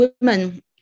women